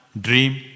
dream